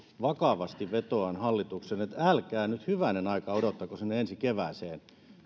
vakavasti vetoan hallitukseen että älkää nyt hyvänen aika odottako sinne ensi kevääseen